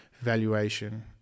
valuation